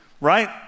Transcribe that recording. right